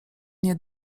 nie